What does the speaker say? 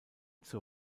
zur